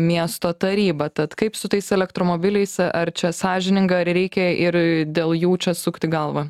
miesto taryba tad kaip su tais elektromobiliais ar čia sąžininga ar reikia ir dėl jų čia sukti galvą